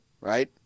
right